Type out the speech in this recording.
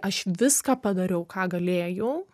aš viską padariau ką galėjau